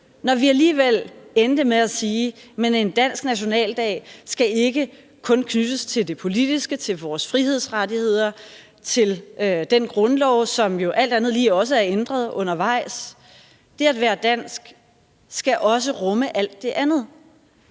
endte alligevel med at sige, at en dansk nationaldag ikke kun skal knyttes til det politiske, til vores frihedsrettigheder og til den grundlov, som jo alt andet lige også er ændret undervejs. Det at være dansk skal også rumme alt det andet.